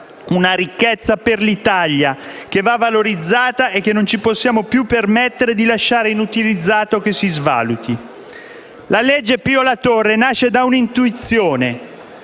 una ricchezza per l'Italia che va valorizzata e che non possiamo più permetterci di lasciare inutilizzata cosicché si svaluti. La legge Pio La Torre nasce da un'intuizione: